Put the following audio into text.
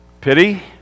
pity